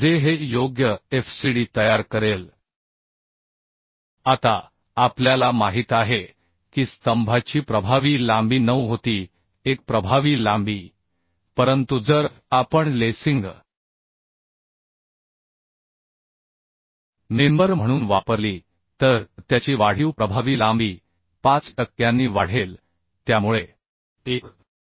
जे हे योग्य fcd तयार करेल आता आपल्याला माहित आहे की स्तंभाची प्रभावी लांबी 9 होती 1 प्रभावी लांबी परंतु जर आपण लेसिंग मेंबर म्हणून वापरली तर त्याची वाढीव प्रभावी लांबी 5 टक्क्यांनी वाढेल त्यामुळे 1